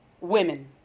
women